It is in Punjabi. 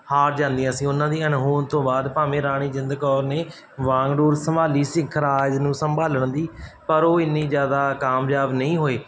ਹਾਰ ਜਾਂਦੀਆਂ ਸੀ ਉਹਨਾਂ ਦੀਆਂ ਅਣਹੋਂਦ ਤੋਂ ਬਾਅਦ ਭਾਵੇਂ ਰਾਣੀ ਜਿੰਦ ਕੌਰ ਨੇ ਵਾਗਡੋਰ ਸੰਭਾਲੀ ਸੀ ਸਿੱਖ ਰਾਜ ਨੂੰ ਸੰਭਾਲਣ ਦੀ ਪਰ ਉਹ ਇੰਨੀ ਜ਼ਿਆਦਾ ਕਾਮਯਾਬ ਨਹੀਂ ਹੋਏ